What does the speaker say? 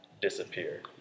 disappear